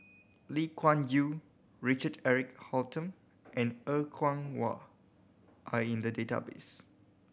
Lee Kuan Yew Richard Eric Holttum and Er Kwong Wah are in the database